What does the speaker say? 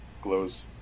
glows